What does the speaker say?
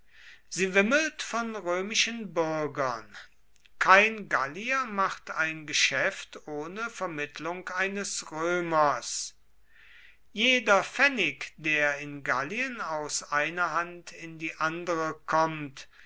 sie wimmelt von römischen bürgern kein gallier macht ein geschäft ohne vermittlung eines römers jeder pfennig der in gallien aus einer hand in die andere kommt